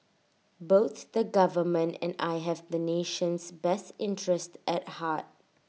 both the government and I have the nation's best interest at heart